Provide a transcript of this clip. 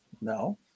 No